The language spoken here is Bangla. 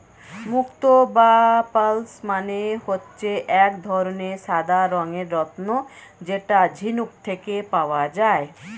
মুক্তো বা পার্লস মানে হচ্ছে এক ধরনের সাদা রঙের রত্ন যেটা ঝিনুক থেকে পাওয়া যায়